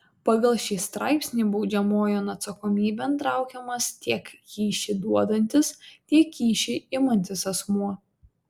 pagal šį straipsnį baudžiamojon atsakomybėn traukiamas tiek kyšį duodantis tiek kyšį imantis asmuo